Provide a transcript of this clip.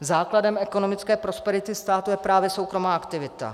Základem ekonomické prosperity státu je právě soukromá aktivita.